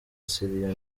syria